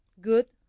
good